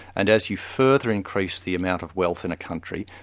and as you further increase the amount of wealth in a country,